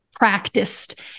practiced